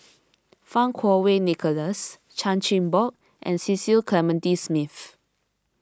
Fang Kuo Wei Nicholas Chan Chin Bock and Cecil Clementi Smith